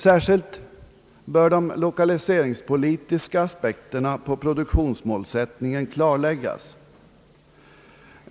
Särskilt bör de lokaliseringspolitiska aspekterna på produktionsmålsättningen klarläggas.